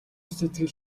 сэтгэл